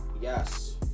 Yes